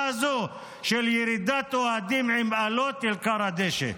הזו של ירידת אוהדים עם אלות אל כר הדשא.